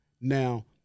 Now